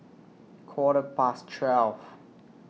Quarter Past twelve